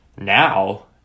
now